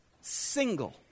single